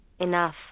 Enough